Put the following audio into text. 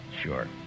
Sure